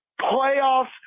Playoffs